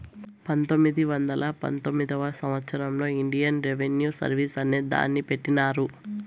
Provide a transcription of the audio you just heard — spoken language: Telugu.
పంతొమ్మిది వందల పంతొమ్మిదివ సంవచ్చరంలో ఇండియన్ రెవిన్యూ సర్వీస్ అనే దాన్ని పెట్టినారు